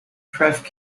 traffic